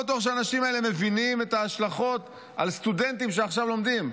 אני לא בטוח שהאנשים האלה מבינים את ההשלכות על סטודנטים שלומדים עכשיו.